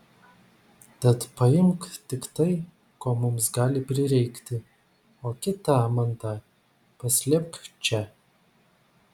tad paimk tik tai ko mums gali prireikti o kitą mantą paslėpk čia